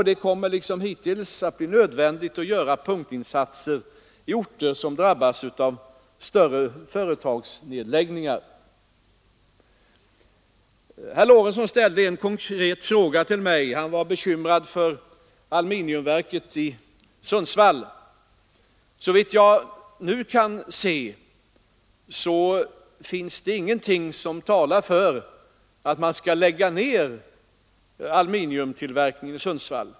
Det kommer liksom hittills att vara nödvändigt med punktinsatser i orter som drabbats av större företagsnedläggningar. Herr Lorentzon ställde en konkret fråga till mig. Han var bekymrad för aluminiumverket i Sundsvall. Såvitt jag nu kan se finns det ingenting som talar för att man skall lägga ned aluminiumverket i Sundsvall.